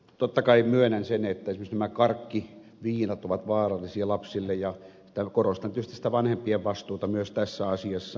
totta kai myönnän sen että esimerkiksi nämä karkkiviinat ovat vaarallisia lapsille ja korostan tietysti sitä vanhempien vastuuta myös tässä asiassa